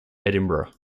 edinburgh